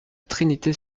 trinité